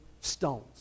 stones